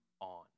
on